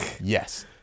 Yes